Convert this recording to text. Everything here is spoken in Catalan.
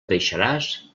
deixaràs